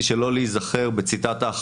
היא ראתה מה קרה עם זה.